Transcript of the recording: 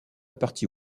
partie